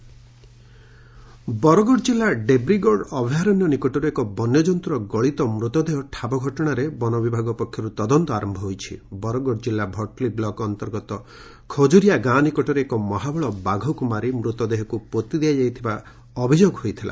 ବନ୍ୟଜନ୍ତୁ ମୃତ୍ୟୁ ଘଟଣା ବରଗଡ଼ ଜିଲ୍ଲା ଡ଼େବ୍ରୀଗଡ଼ ଅଭୟାରଣ୍ୟ ନିକଟରୁ ଏକ ବନ୍ୟଜନ୍ତୁର ଗଳିତ ମୃତଦେହ ଠାବ ଘଟଶାରେ ବନ ବିଭାଗ ପକ୍ଷରୁ ତଦନ୍ତ ଆର ହୋଇଛି ବରଗଡ଼ ଜିଲ୍ଲା ଭଟଲି ବ୍ଲକ ଅନ୍ତର୍ଗତ ଖଜୁରିଆ ଗାଁ ନିକଟରେ ଏକ ମହାବଳ ବାଘକୁ ମାରି ମୃତଦେହକୁ ପୋତି ଦିଆଯାଇଥିବା ଅଭିଯୋଗ ହୋଇଥିଲା